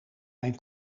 mijn